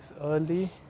early